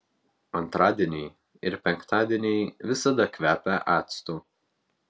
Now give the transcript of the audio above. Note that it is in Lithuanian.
antradieniai ir penktadieniai visada kvepia actu